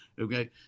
Okay